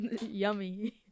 yummy